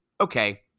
Okay